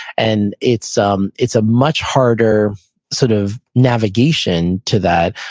and it's um it's a much harder sort of navigation to that.